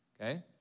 okay